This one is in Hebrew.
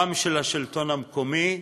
גם של השלטון המקומי,